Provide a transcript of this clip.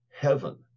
Heaven